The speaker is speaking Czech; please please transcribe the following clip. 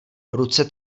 ruce